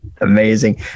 Amazing